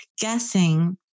guessing